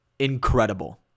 incredible